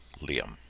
Liam